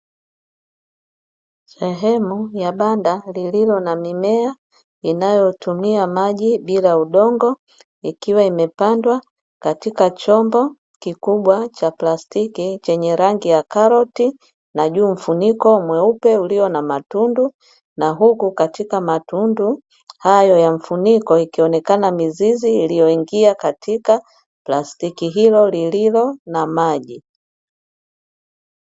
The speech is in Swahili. Sehemu ya banda, lililo na mimea inayotumia maji bila udongo, ikiwa imepandwa katika chombo kikubwa cha plastiki chenye rangi ya karoti, na juu mfuniko mweupe ulio na matundu na huku katika matundu hayo ya mfuniko ikionekana mizizi iliyoingia katika plastiki hilo lililo na maji.